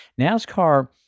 NASCAR